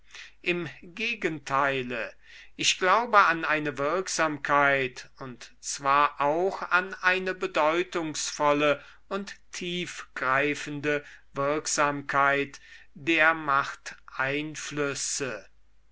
im gegenteile ich glaube an eine wirksamkeit und zwar auch an eine bedeutungsvolle und tiefgreifende wirksamkeit der